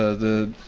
ah the